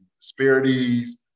Disparities